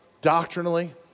doctrinally